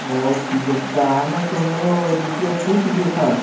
ହଉ ଠିକ୍ ଅଛି ତାହେଲେ ତୁମର ଦୁଇଟା ସୁଟ୍ ଦୁଇଟା ସାର୍ଟ